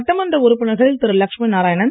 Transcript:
சட்டமன்ற உறுப்பினர்கள் திரு லட்சுமி நாராயணன்